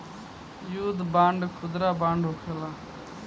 युद्ध बांड खुदरा बांड होखेला